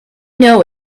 know